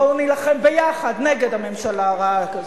בואו נילחם ביחד נגד הממשלה הרעה הזאת,